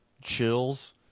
chills